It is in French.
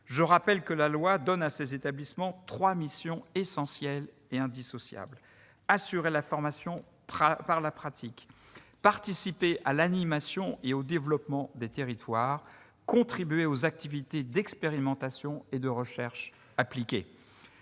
Je rappelle que la loi donne à ces établissements trois missions essentielles et indissociables : assurer la formation par la pratique, participer à l'animation et au développement des territoires et contribuer aux activités d'expérimentation et de recherche appliquée.